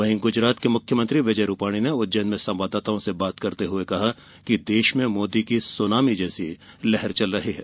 वहीं गुजरात के मुख्यमंत्री विजय रुपाणी ने उज्जैन में संवाददाताओं से बात करते हुए कहा कि देश में मोदी की सुनामी जैसी लहर चल रही है